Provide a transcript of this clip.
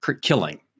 killing